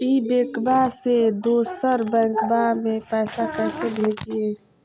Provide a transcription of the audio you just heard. ई बैंकबा से दोसर बैंकबा में पैसा कैसे भेजिए?